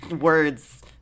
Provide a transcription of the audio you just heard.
words